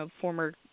former